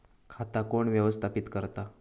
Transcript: खाता कोण व्यवस्थापित करता?